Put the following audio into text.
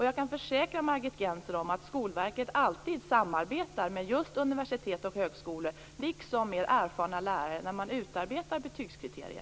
Jag kan försäkra Margit Gennser om att Skolverket när man utarbetar betygskriterier alltid samarbetar med just universitet och högskolor liksom med erfarna lärare.